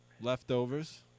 leftovers